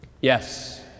Yes